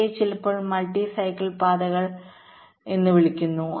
ഇവയെ ചിലപ്പോൾ multi cycle പാതകൾഎന്ന് വിളിക്കുന്നു